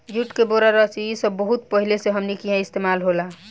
जुट के बोरा, रस्सी इ सब बहुत पहिले से हमनी किहा इस्तेमाल होता